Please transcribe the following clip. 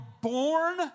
born